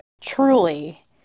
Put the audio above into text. truly